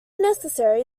necessary